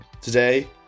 today